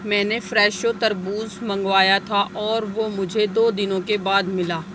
میں نے فریشو تربوز منگوایا تھا اور وہ مجھے دو دنوں کے بعد ملا